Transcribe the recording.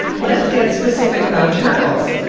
let's get specific about turtles!